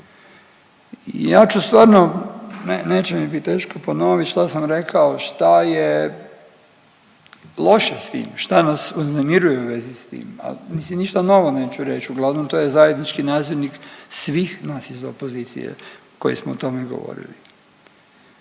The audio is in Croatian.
Ja ću stvarno ne, neće mi bit teško ponovit šta sam rekao šta je loše s tim, šta nas uznemiruje u vezi s tim, ali mislim ništa novo neću reć. Uglavnom to je zajednički nazivnih svih nas iz opozicije koji smo o tome govorili.